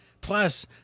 Plus